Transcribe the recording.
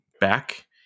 back